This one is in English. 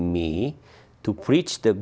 me to preach the